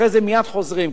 אחרי זה מייד חוזרים,